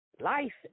Life